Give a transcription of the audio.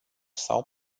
sau